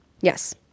Yes